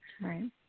right